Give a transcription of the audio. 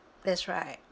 that's right